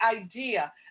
idea